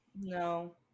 no